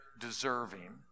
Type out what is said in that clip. deserving